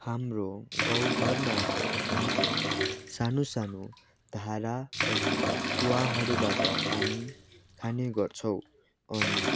हाम्रो गाउँ घरमा चाहिँ हामीले सानो सानो धारा अनि कुवाहरूबाट पानी खाने गर्छौँ अनि